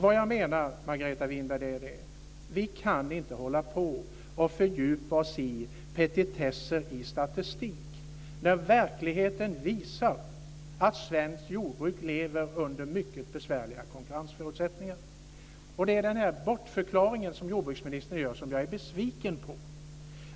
Vad jag menar, Margareta Winberg, är att vi inte kan fördjupa oss i petitesser i statistik när verkligheten visar att svenskt jordbruk lever under mycket besvärliga konkurrensförutsättningar. Det är den bortförklaring som jordbruksministern gör som jag är besviken på.